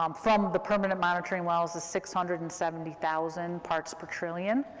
um from the permanent monitoring wells, is six hundred and seventy thousand parts per trillion,